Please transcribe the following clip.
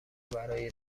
برای